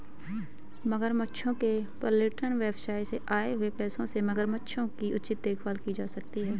मगरमच्छों के पर्यटन व्यवसाय से आए हुए पैसों से मगरमच्छों की उचित देखभाल की जा सकती है